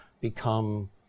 become